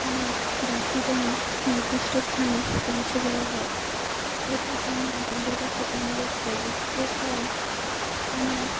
আমার ব্যাগটি যেন নির্দিষ্ট স্থানে পৌঁছে দেওয়া হয় এটা আমি আপনাদের কাছে অনুরোধ করব এছাড়াও আমার